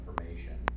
information